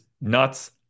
nuts